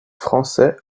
français